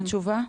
קיבלתם תשובה?